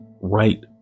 right